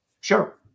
Sure